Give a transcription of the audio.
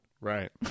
Right